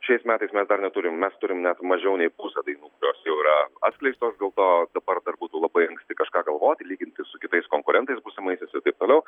šiais metais dar neturim mes turim net mažiau nei pusė dainų kurios jau yra atskleistos o dabar dar būtų labai anksti kažką galvoti lyginti su kitais konkurentais būsimaisiais ir taip toliau